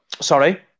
Sorry